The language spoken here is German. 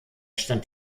stand